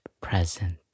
present